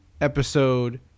episode